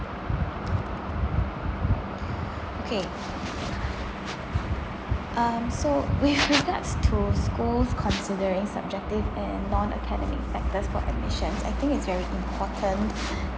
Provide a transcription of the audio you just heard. okay um so with regards to schools considering subjective and non academic factors for admissions I think it's very important